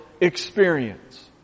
experience